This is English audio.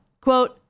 Quote